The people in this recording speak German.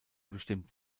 bestimmt